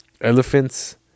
Elephants